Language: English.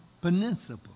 Peninsula